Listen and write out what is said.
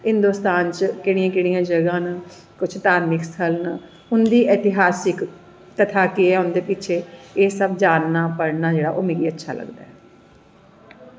हिन्दोस्तान च केह्ड़ियां केह्ड़ियां जगह् न कुश धार्मिक स्थल न उंदी धार्मिक कथा केह् ऐ उंदे पिच्छें एह् सब जाननां पढ़नीं मिगी अच्छा लगदा ऐ